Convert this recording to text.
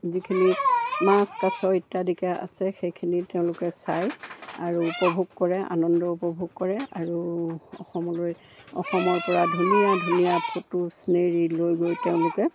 যিখিনি মাছ কাছ ইত্যাদিকে আছে সেইখিনি তেওঁলোকে চায় আৰু উপভোগ কৰে আনন্দ উপভোগ কৰে আৰু অসমলৈ অসমৰ পৰা ধুনীয়া ধুনীয়া ফটো চিনেৰি লৈ গৈ তেওঁলোকে